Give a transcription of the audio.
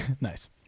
nice